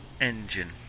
engine